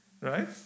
Right